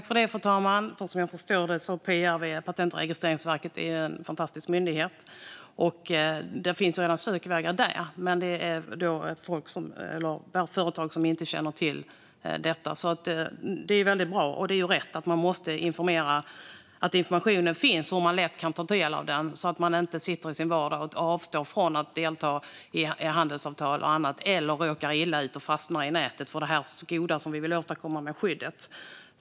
Fru talman! Patent och registreringsverket är en fantastisk myndighet, och det finns sökvägar där. Men det finns företag som inte känner till detta. Det är bra och riktigt att informationen finns och att det ska vara lätt att ta del av den. Man ska inte sitta i sin vardag och avstå från att delta i handelsavtal eller råka illa ut och fastna i nätet på grund av det goda som vi vill åstadkomma med skyddet.